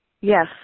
Yes